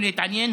אותו לדין,